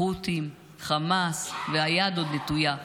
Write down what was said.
חות'ים, חמאס והיד עוד נטויה.